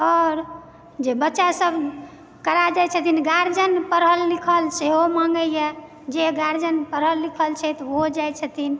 आओर जे बच्चासभ करा दय छथिन गार्जन पढ़ल लिखल छै सेहो माँगेए जे गार्जन पढ़ल लिखल छथि ओहो जाइ छथिन